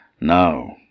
now